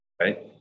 Right